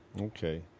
Okay